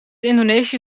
indonesië